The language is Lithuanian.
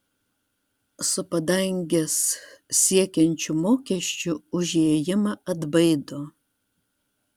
su padanges siekiančiu mokesčiu už įėjimą atbaido